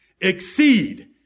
Exceed